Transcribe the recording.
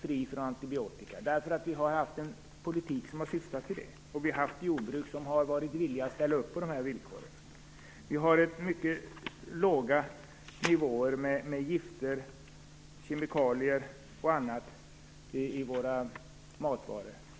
fritt från antibiotika för vi har haft en politik som har syftat till det. Vi har också haft ett jordbruk som har varit villigt att ställa upp på dessa villkor. Vi har mycket låga nivåer av gifter, kemikalier och annat i våra matvaror.